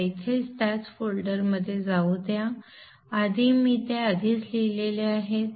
मला इथे त्याच फोल्डरमध्ये जाऊ द्या मी ते आधीच लिहिले आहे